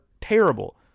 terrible